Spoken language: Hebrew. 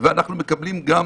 ואנחנו מקבלים גם